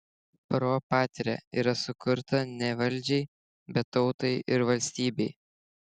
pro patria yra sukurta ne valdžiai bet tautai ir valstybei